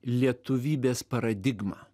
lietuvybės paradigmą